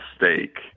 mistake